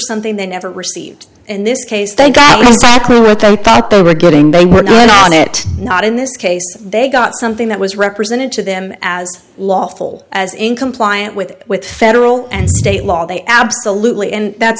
something they never received in this case they got caught they were getting they were on it not in this case they got something that was represented to them as lawful as in compliant with with federal and state law they absolutely and that